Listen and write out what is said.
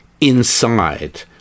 inside